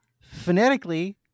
phonetically